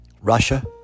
Russia